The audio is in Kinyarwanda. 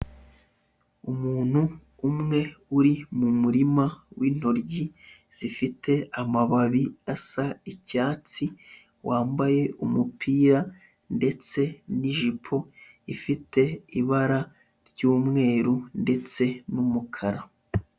Umuntu umwe uri mu murima w'intoryi zifite amababi asa icyatsi, wambaye umupira ndetse n'ijipo ifite ibara ry'umweru ndetse n'umukara.